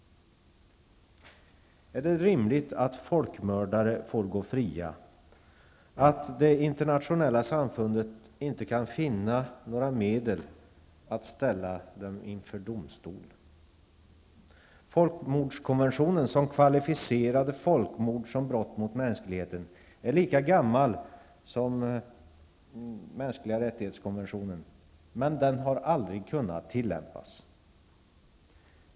Är det rimligt att folkmördare får gå fria, att det internationella samfundet inte kan finna några medel att ställa dem inför domstol? Folkmordskonventionen, som kvalificerade folkmord som brott mot mänskligheten, är lika gammal som konventionen om de mänskliga rättigheterna, men den har aldrig kunnat tillämpas.